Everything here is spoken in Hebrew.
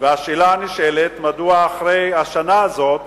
והשאלה הנשאלת היא מדוע אחרי השנה הזאת